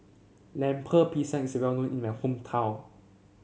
Lemper Pisang is well known in my hometown